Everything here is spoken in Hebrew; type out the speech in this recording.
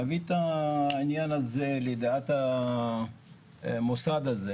להביא את העניין הזה לידיעת המוסד הזה